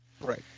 Right